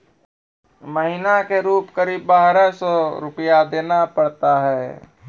महीना के रूप क़रीब बारह सौ रु देना पड़ता है?